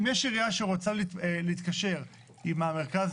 אם יש עירייה שרוצה להתקשר עם המרכז